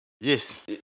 Yes